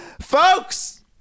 Folks